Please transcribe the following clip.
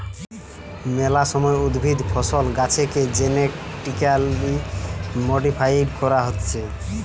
মেলা সময় উদ্ভিদ, ফসল, গাছেকে জেনেটিক্যালি মডিফাইড করা হতিছে